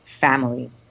family